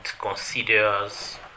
considers